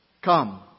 Come